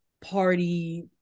party